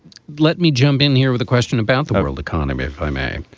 let me jump in here with a question about the world economy, if i may.